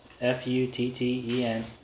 F-U-T-T-E-N